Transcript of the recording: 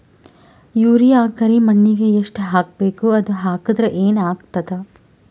Urea ಕರಿಮಣ್ಣಿಗೆ ಎಷ್ಟ್ ಹಾಕ್ಬೇಕ್, ಅದು ಹಾಕದ್ರ ಏನ್ ಆಗ್ತಾದ?